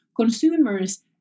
consumers